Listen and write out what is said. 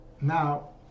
Now